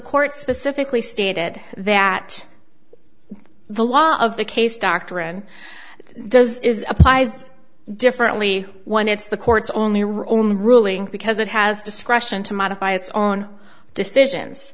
court specifically stated that the law of the case doctrine does applies differently when it's the court's only ruling because it has discretion to modify its own decisions